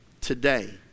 today